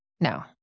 no